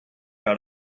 out